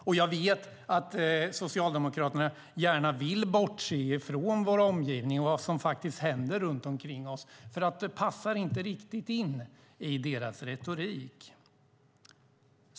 Jag vet också att Socialdemokraterna gärna vill bortse från vår omgivning och vad som händer runt omkring oss, för det passar inte riktigt in i deras retorik.